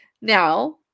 Now